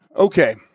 Okay